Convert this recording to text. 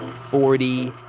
forty,